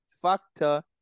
factor